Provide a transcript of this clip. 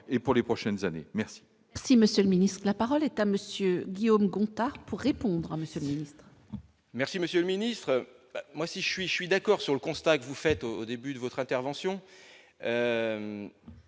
et pour les prochaines années, merci. Si Monsieur le ministre, la parole est à monsieur Guillaume Gontard pour répondre à Monsieur le Ministre. Merci monsieur le ministre, moi si je suis, je suis d'accord sur le constat que vous faites au début de votre intervention,